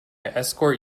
escort